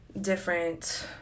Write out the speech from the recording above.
different